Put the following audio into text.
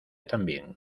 también